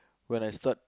when I start